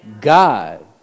God